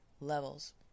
levels